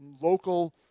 local